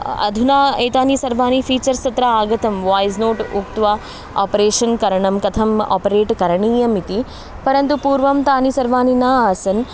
अधुना एतानि सर्वाणि फ़ीचर्स् तत्र आगतं वाय्स् नोट् उक्त्वा आपरेशन् करणं कथम् आपरेट् करणीयम् इति परन्तु पूर्वं तानि सर्वाणि न आसन्